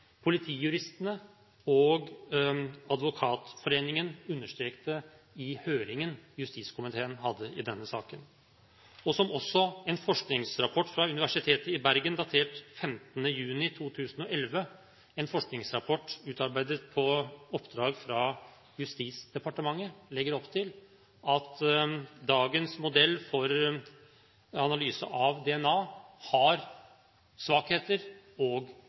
Politijuristene og Advokatforeningen understreket i høringen justiskomiteen hadde i denne saken. Også en forskningsrapport fra Universitetet i Bergen, datert 15. juni 2011 – en forskningsrapport utarbeidet på oppdrag fra Justisdepartementet – legger opp til at dagens modell for analyse av DNA har svakheter og